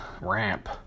ramp